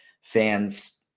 fans